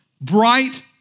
bright